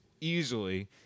easily